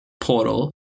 portal